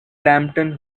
lambton